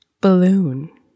Balloon